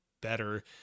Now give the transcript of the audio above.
better